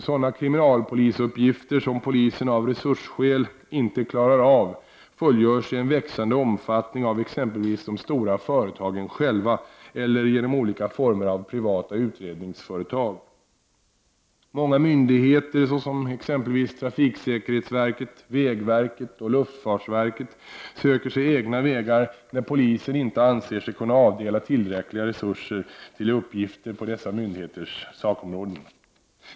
Sådana kriminalpolisuppgifter som polisen av resursskäl inte klarar av fullgörs i en växande omfattning av exempelvis de stora företagen själva eller av olika former av privata utredningsföretag. Många myndigheter, såsom exempelvis trafiksäkerhetsverket, vägverket och luftfartsverket, söker sig egna vägar när polisen inte anser sig kunna avdela tillräckliga resurser till uppgifter på dessa myndigheters sakområden.